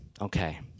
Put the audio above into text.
Okay